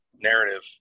narrative